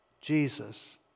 Jesus